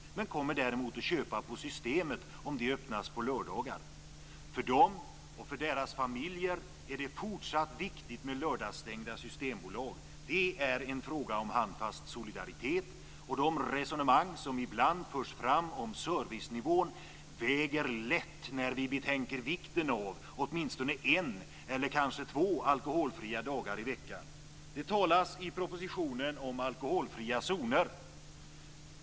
Däremot kommer de att köpa på Systemet om det öppnas på lördagar. För dem och för deras familjer är det fortsatt viktigt med lördagsstängda systembolag. Det är en fråga om handfast solidaritet. De resonemang som ibland förs fram om servicenivån väger lätt när vi betänker vikten av åtminstone en eller kanske två alkoholfria dagar i veckan. Det talas i propositionen om alkoholfria zoner.